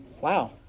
Wow